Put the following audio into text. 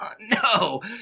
No